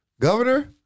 Governor